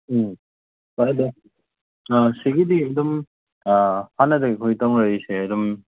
ꯎꯝ ꯍꯣꯏ ꯑꯗꯣ ꯁꯤꯒꯤꯗꯤ ꯑꯗꯨꯝ ꯍꯥꯟꯅꯗꯒꯤ ꯑꯩꯈꯣꯏ ꯇꯧꯅꯔꯤꯁꯦ ꯑꯗꯨꯝ